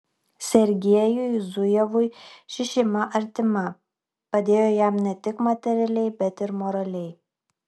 sergiejui zujevui ši šeima artima padėjo jam ne tik materialiai bet ir moraliai